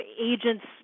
agents